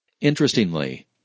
Interestingly